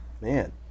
Man